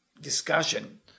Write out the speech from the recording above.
discussion